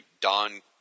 Don